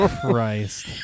Christ